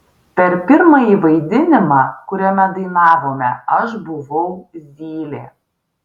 per pirmąjį vaidinimą kuriame dainavome aš buvau zylė